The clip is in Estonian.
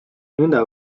nõnda